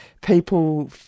people